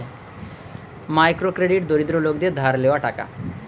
micro credit দরিদ্র লোকদের ধার লেওয়া টাকা